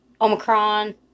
Omicron